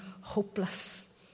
hopeless